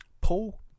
Paul